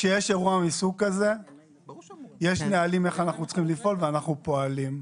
כשיש אירוע מסוג כזה יש נהלים ואנחנו פועלים לפיהם.